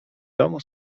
domu